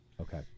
Okay